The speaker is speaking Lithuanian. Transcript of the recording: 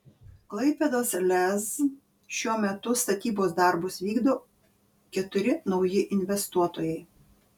klaipėdos lez šiuo metu statybos darbus jau vykdo keturi nauji investuotojai